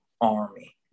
Army